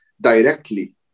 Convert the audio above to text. directly